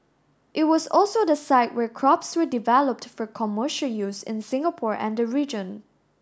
it was also the site where crops were developed for commercial use in Singapore and the region